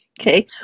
okay